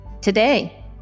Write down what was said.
today